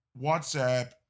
WhatsApp